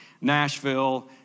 Nashville